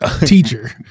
teacher